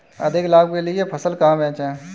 अधिक लाभ के लिए फसल कहाँ बेचें?